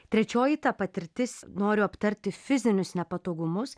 trečioji ta patirtis noriu aptarti fizinius nepatogumus